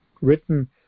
written